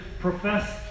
profess